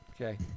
okay